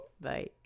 Bye